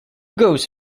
goes